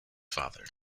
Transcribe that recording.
father